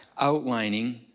outlining